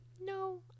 No